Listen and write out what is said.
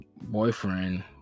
boyfriend